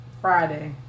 Friday